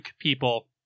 people